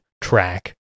track